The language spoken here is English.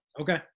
Okay